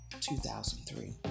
2003